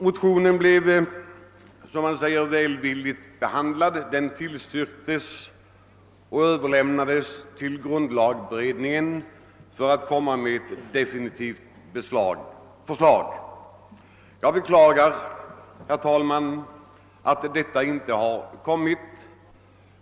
Motionen blev, som man säger, välvilligt behandlad; den tillstyrktes och överlämnade till grundlagberedningen, som skulle lägga fram ett definitivt förslag. Jag beklagar, herr talman, att detta förslag inte har lagts fram.